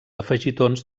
afegitons